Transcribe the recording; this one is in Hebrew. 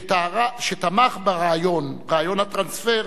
שתמך ברעיון הטרנספר,